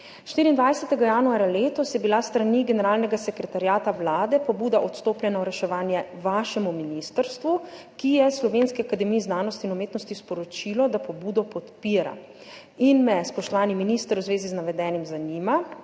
24. januarja letos je bila s strani Generalnega sekretariata vlade pobuda odstopljena v reševanje vašemu ministrstvu, ki je Slovenski akademiji znanosti in umetnosti sporočilo, da pobudo podpira. Zato me, spoštovani minister, v zvezi z navedenim zanima: